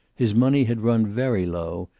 his money had run very low,